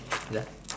ya